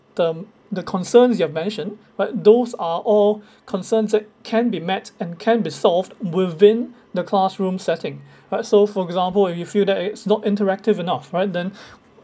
the the concerns you have mentioned right those are all concerns that can be met and can be solved within the classroom setting right so for example if you feel that it's not interactive enough alright then